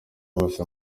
bose